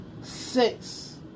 Six